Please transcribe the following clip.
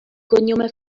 cognome